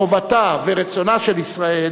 חובתה ורצונה של ישראל